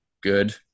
good